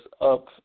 up